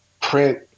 print